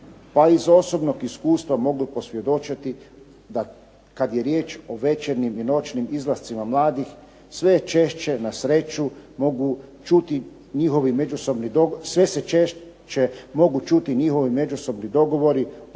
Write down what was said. Pa iz osobnog iskustva mogu posvjedočiti da kad je riječ o večernjim i noćnim izlascima mladih sve se češće na sreću mogu čuti njihovi međusobni dogovori